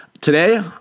Today